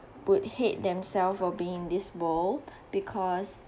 would hate themselves for being in this world because